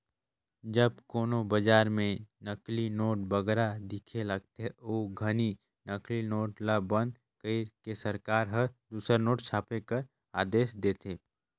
जब कोनो बजार में नकली नोट बगरा दिखे लगथे, ओ घनी नकली नोट ल बंद कइर के सरकार हर दूसर नोट छापे कर आदेस देथे